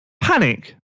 Panic